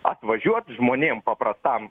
apvažiuot žmonėm paprastam